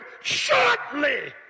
shortly